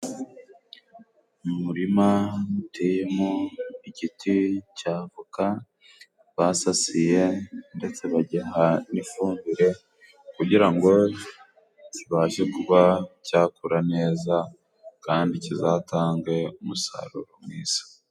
Mu muririma uteyemo igiti cya avoka basasiye ndetse bagiha n'ifumbire kugira ngo kibashe kuba cyakura neza kandi kizatange umusaruro mwiza.